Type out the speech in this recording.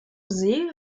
see